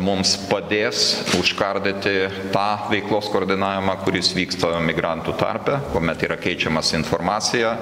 mums padės užkardyti tą veiklos koordinavimą kuris vyksta migrantų tarpe kuomet yra keičiamasi informacija